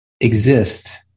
exist